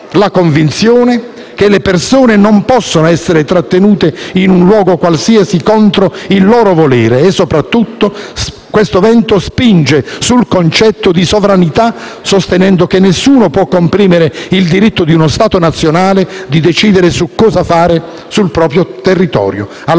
la convinzione che le persone non possono essere trattenute in un luogo qualsiasi contro il loro volere. Soprattutto, è un vento che spinge sul concetto di sovranità, sostenendo che nessuno può comprimere il diritto di uno Stato nazionale di decidere cosa fare sul proprio territorio,